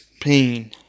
pain